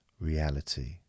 Reality